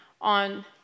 on